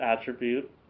attribute